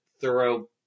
Thorough